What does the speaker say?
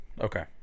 okay